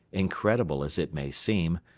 incredible as it may seem,